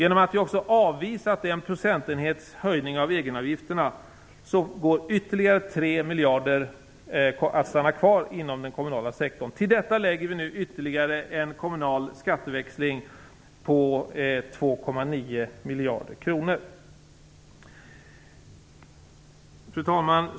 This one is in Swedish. Genom att vi också har avvisat en procentenhets höjning av egenavgifterna behålls ytterligare 3 miljarder inom den kommunala sektorn. Till detta lägger vi nu ytterligare en kommunal skatteväxling på 2,9 miljarder kronor. Fru talman!